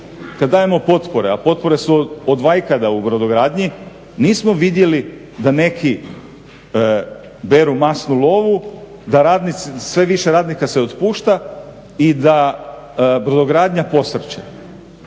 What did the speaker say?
kad dajemo potpore, a potpore su od vajkada u brodogradnji, nismo vidjeli da neki beru masnu lovu, da sve više radnika se otpušta i da brodogradnja posrće.